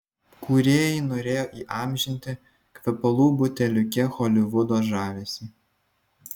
kūrėjai norėjo įamžinti kvepalų buteliuke holivudo žavesį